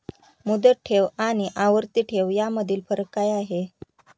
मुदत ठेव आणि आवर्ती ठेव यामधील फरक काय आहे?